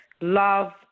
love